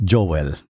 Joel